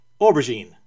aubergine